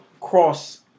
cross